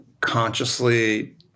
consciously